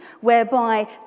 whereby